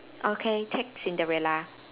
okay take Cinderella